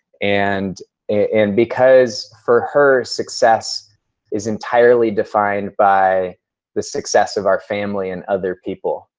and and because for her, success is entirely defined by the success of our family and other people.